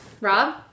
Rob